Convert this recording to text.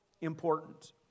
important